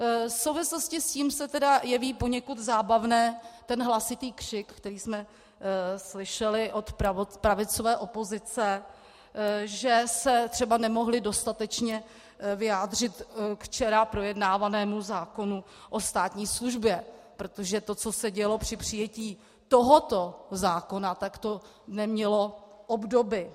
V souvislosti s tím se tedy jeví poněkud zábavný ten hlasitý křik, který jsme slyšeli od pravicové opozice, že se třeba nemohli dostatečně vyjádřit k projednávanému zákonu o státní službě, protože to, co se dělo při přijetí tohoto zákona, to nemělo obdoby.